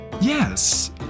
Yes